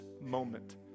moment